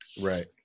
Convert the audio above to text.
Right